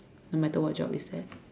no matter what job is that